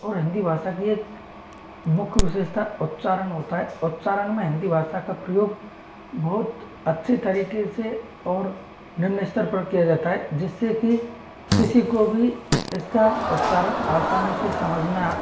और हिंदी भाषा की एक मुख्य विशेषता उच्चारण होता है उच्चारण में हिंदी भाषा का प्रयोग बहुत अच्छी तरीके से और निम्न स्तर पर किया जाता है जिससे कि किसी को भी इसका उच्चारण आसानी से समझ में